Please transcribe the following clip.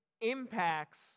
impacts